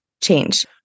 change